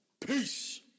Peace